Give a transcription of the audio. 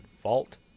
fault